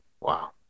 Wow